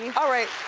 yeah alright,